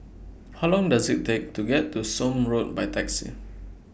How Long Does IT Take to get to Somme Road By Taxi